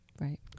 Right